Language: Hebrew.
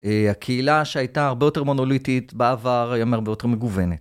הקהילה שהייתה הרבה יותר מונוליטית בעבר היום היא הרבה יותר מגוונת.